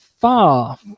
far